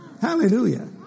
Hallelujah